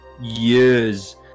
years